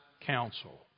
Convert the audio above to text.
counsel